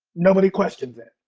nobody questions it.